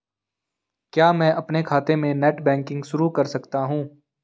क्या मैं अपने खाते में नेट बैंकिंग शुरू कर सकता हूँ?